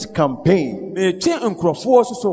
campaign